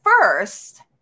first